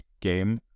game